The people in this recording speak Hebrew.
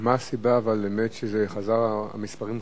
מה הסיבה באמת שהמספרים חזרו?